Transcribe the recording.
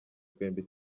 twembi